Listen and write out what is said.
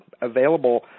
available